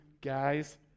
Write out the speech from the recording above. guys